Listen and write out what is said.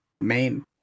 main